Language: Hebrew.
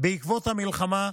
בעקבות המלחמה.